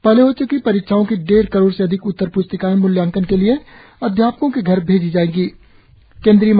पहले हो च्की परीक्षाओं की डेढ़ करोड़ से अधिक उत्तर प्स्तिकाएं मूल्यांकन के लिए अध्यापकों के घर भेजी जाएंगी